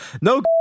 No